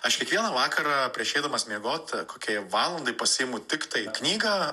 aš kiekvieną vakarą prieš eidamas miegot kokiai valandai pasiimu tiktai knygą